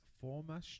former